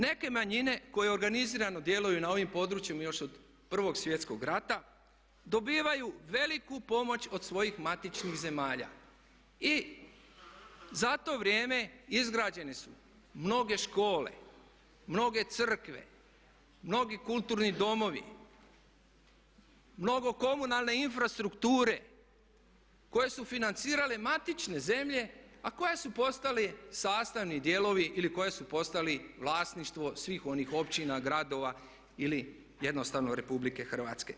Neke manjine koje organizirano djeluju na ovim područjima još od Prvog svjetskog rata dobivaju veliku pomoć od svojih matičnih zemalja i za to vrijeme izgrađene su mnoge škole, mnoge crkve, mnogi kulturni domovi, mnogo komunalne infrastrukture koje su financirale matične zemlje a koja su postali sastavni dijelovi ili koja su postali vlasništvo svih onih općina, gradova ili jednostavno Republike Hrvatske.